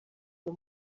uyu